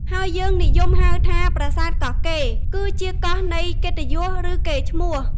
ហើយយើងនិយមហៅថា "ប្រាសាទកោះកេរ" គឺជាកោះនៃកិត្តិយស ឬកេរ្តិ៍ឈ្មោះ ។